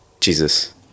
Jesus